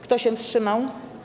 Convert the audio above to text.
Kto się wstrzymał?